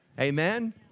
amen